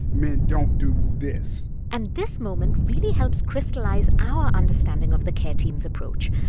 men don't do this and this moment really helps crystallize our understanding of the care team's approach.